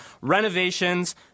renovations